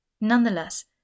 Nonetheless